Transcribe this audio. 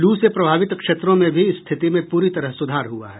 लू से प्रभावित क्षेत्रों में भी स्थिति में पूरी तरह सुधार हुआ है